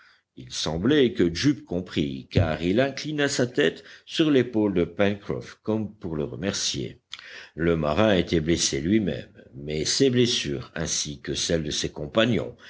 il semblait que jup comprît car il inclina sa tête sur l'épaule de pencroff comme pour le remercier le marin était blessé lui-même mais ses blessures ainsi que celles de ses compagnons